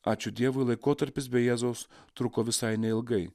ačiū dievui laikotarpis be jėzaus truko visai neilgai